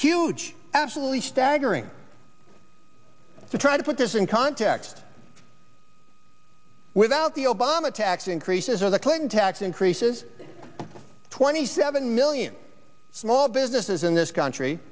huge absolutely staggering to try to put this in context without the obama tax increases or the clinton tax increases twenty seven million small businesses in this country